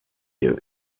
you